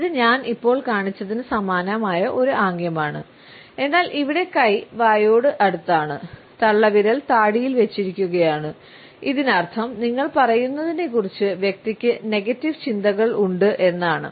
ഇത് ഞാൻ ഇപ്പോൾ കാണിച്ചതിന് സമാനമായ ഒരു ആംഗ്യമാണ് എന്നാൽ ഇവിടെ കൈ വായയോട് അടുത്താണ് തള്ളവിരൽ താടിയിൽ വെച്ചിരിക്കുകയാണ് ഇതിനർത്ഥം നിങ്ങൾ പറയുന്നതിനെക്കുറിച്ച് വ്യക്തിക്ക് നെഗറ്റീവ് ചിന്തകളുണ്ട് എന്നാണ്